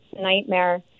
nightmare